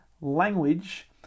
language